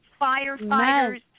Firefighters